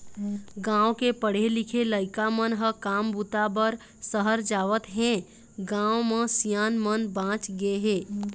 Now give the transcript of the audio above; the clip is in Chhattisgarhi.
गाँव के पढ़े लिखे लइका मन ह काम बूता बर सहर जावत हें, गाँव म सियान मन बाँच गे हे